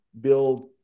build